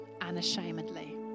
unashamedly